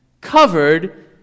covered